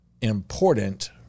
important